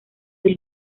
del